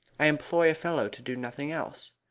i employ a fellow to do nothing else.